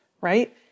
right